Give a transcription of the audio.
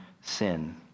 sin